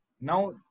Now